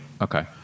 okay